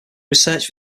research